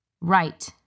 Right